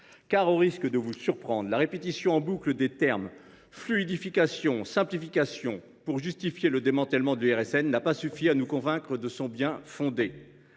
au risque de vous surprendre, la répétition en boucle des termes « fluidification » et « simplification » pour justifier le démantèlement de l’IRSN n’a pas suffi à nous convaincre de son bien fondé.